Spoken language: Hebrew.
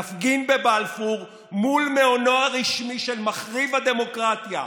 נפגין בבלפור מול מעונו הרשמי של מחריב הדמוקרטיה.